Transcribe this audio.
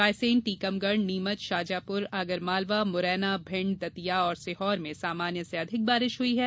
रायसेन टीकमगढ़ नीमच शाजापुर आगरमालवा मुरैना भिंड दतिया और सीहोर में सामान्य से अधिक बारिश हुई है